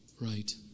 right